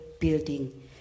building